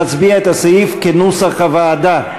נצביע על הסעיף כנוסח הוועדה.